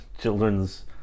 Children's